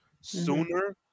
sooner